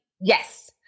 yes